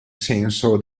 senso